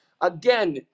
Again